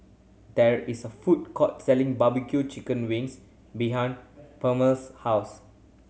there is a food court selling Barbecue chicken wings behind Palmer's house